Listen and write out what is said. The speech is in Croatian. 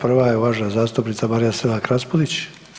Prva je uvažena zastupnica Marija Selak Raspudić.